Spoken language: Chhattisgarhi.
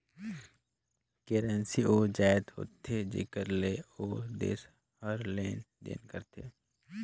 करेंसी ओ जाएत होथे जेकर ले ओ देस हर लेन देन करथे